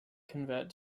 convert